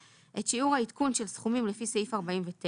את שיעור העדכון של סכומים לפי סעיף 49,